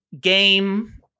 game